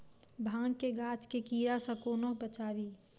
भांग केँ गाछ केँ कीड़ा सऽ कोना बचाबी?